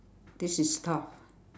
this is tough